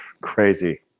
crazy